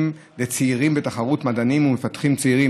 לצעירים בתחרות מדענים ומפתחים צעירים,